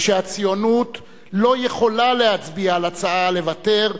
ושהציונות לא יכולה להצביע על הצעה לוותר,